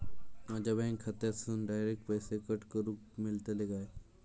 माझ्या बँक खात्यासून डायरेक्ट पैसे कट करूक मेलतले काय?